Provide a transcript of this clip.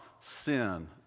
sin